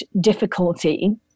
difficulty